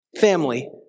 family